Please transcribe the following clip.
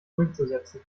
durchzusetzen